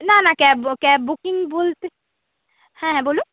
না না cab cab booking বলতে হ্যাঁ হ্যাঁ বলুন